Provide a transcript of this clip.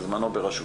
בזמנו בראשותי,